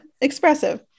Expressive